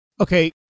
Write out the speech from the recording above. Okay